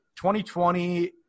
2020